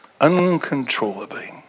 uncontrollably